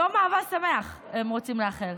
יום אהבה שמח, הם רוצים לאחל.